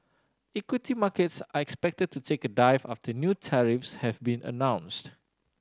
equity markets are expected to take a dive after new tariffs have been announced